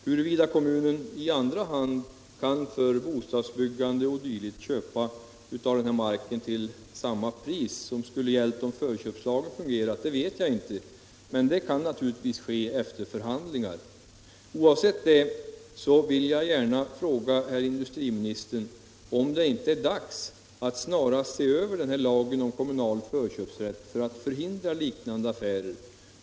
Huruvida kommunen i andra hand för bostadsbyggande o. d. kan köpa delar av den här marken till samma pris som gällt om förköpslagen fungerat vet jag inte, men det kan kanske ske efter förhandlingar. Oavsett det vill jag gärna fråga herr industriministern om det inte är dags att snarast se över lagen om kommunal förköpsrätt för att förhindra liknande affärer.